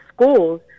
schools